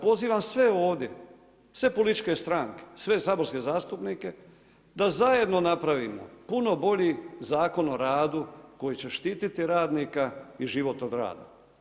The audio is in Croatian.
Pozivam sve ovdje, sve političke stranke, sve saborske zastupnike da zajedno napravimo puno bolji Zakon o radu koji će štititi radnika i život od rada.